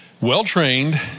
Well-trained